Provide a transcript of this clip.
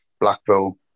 Blackpool